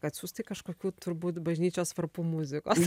atsiųs tai kažkokių turbūt bažnyčios varpų muzikos